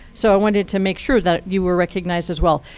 so i wanted to make sure that you were recognized as well.